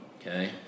Okay